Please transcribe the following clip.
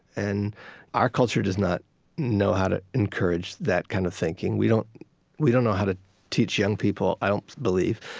and our culture does not know how to encourage that kind of thinking. we don't we don't know how to teach young people, i don't believe,